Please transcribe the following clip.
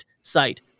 site